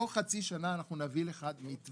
בתוך חצי שנה אנחנו נביא לך מתווה.